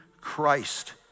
Christ